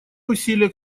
усилия